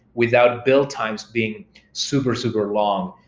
without build times being super, super long,